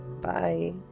bye